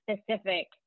specific